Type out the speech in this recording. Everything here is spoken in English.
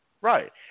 Right